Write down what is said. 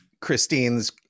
Christine's